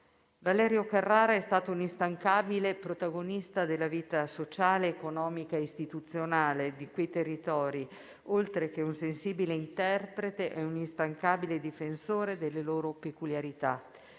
Valerio Ferrara è stato un instancabile protagonista della vita sociale, economica e istituzionale di quei territori, oltre che un sensibile interprete e un instancabile difensore delle loro peculiarità.